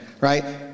Right